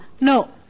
No